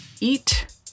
eat